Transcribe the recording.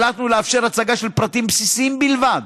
החלטנו לאפשר הצגה של פרטים בסיסיים בלבד,